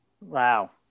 Wow